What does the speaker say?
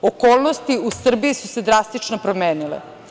Okolnosti u Srbiji su se drastično promenile.